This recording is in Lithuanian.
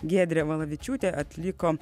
giedrė valavičiūtė atliko